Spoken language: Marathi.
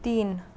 तीन